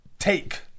take